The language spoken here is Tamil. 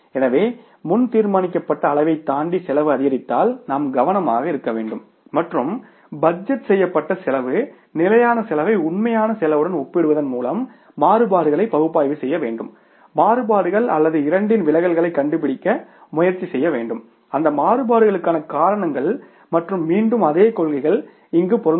எனவே முன் தீர்மானிக்கப்பட்ட அளவைத் தாண்டி செலவு அதிகரித்தால் நாம் கவனமாக இருக்க வேண்டும் மற்றும் பட்ஜெட் செய்யப்பட்ட செலவு நிலையான செலவை உண்மையான செலவுடன் ஒப்பிடுவதன் மூலம் மாறுபாடுகளை பகுப்பாய்வு செய்ய வேண்டும் மாறுபாடுகள் அல்லது இரண்டின் விலகல்களைக் கண்டுபிடிக்க முயற்சி செய்ய வேண்டும் அந்த மாறுபாடுகளுக்கான காரணங்கள் மற்றும் மீண்டும் அதே கொள்கைகள் இங்கே பொருந்தும்